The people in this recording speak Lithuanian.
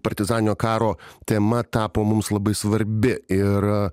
partizaninio karo tema tapo mums labai svarbi ir